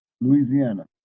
Louisiana